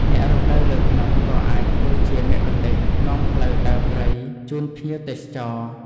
អ្នករស់នៅលើភ្នំ ក៏អាចធ្វើជាមគ្គុទ្ទេសក៍នាំផ្លូវដើរព្រៃជូនភ្ញៀវទេសចរ។